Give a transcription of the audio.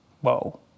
Whoa